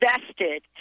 invested